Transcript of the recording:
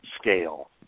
scale